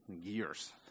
years